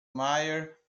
meyer